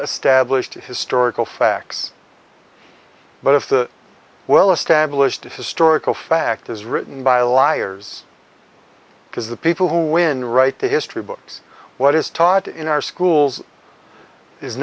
established historical facts but if the well established historical fact is written by a liars because the people who win write the history books what is taught in our schools is